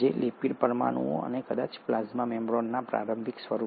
lipid પરમાણુઓ અને કદાચ પ્લાઝ્મા મેમ્બ્રેનના પ્રારંભિક સ્વરૂપો